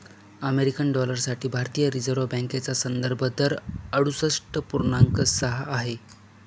American dollar साठी भारतीय reserve बँकेचा संदर्भ दर अडुसष्ठ पूर्णांक सहा आहे